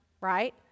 Right